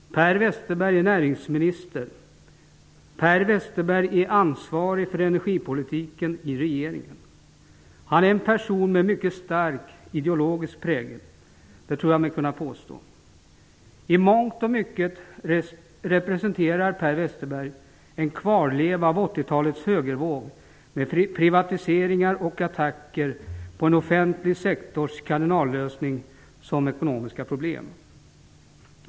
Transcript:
Per Westerberg är näringsminister. Per Westerberg är ansvarig för energipolitiken i regeringen. Han är en person med mycket stark ideologisk prägel. Det tror jag mig kunna påstå. I mångt och mycket representerar Per Westerberg en kvarleva av 1980 talets högervåg med privatiseringar och attacker som kardinallösningar på offentliga sektorns ekonomiska problem. Herr talman!